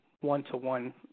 one-to-one